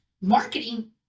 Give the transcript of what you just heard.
marketing